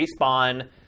Respawn